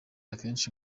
akenshi